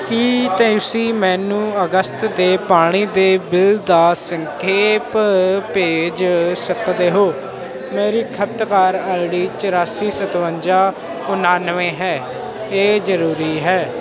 ਕੀ ਤੁਸੀਂ ਮੈਨੂੰ ਅਗਸਤ ਦੇ ਪਾਣੀ ਦੇ ਬਿੱਲ ਦਾ ਸੰਖੇਪ ਭੇਜ ਸਕਦੇ ਹੋ ਮੇਰੀ ਖਪਤਕਾਰ ਆਈ ਡੀ ਚੁਰਾਸੀ ਸਤਵੰਜਾ ਉਣਾਨਵੇਂ ਹੈ ਇਹ ਜ਼ਰੂਰੀ ਹੈ